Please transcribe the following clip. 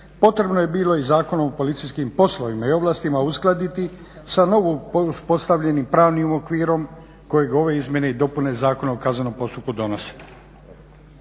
potrebno je bilo i Zakon o policijskim poslovima i ovlastima uskladiti sa novopostavljenim pravnim okvirom kojeg ove izmjene i dopune Zakona o kaznenom postupku donose.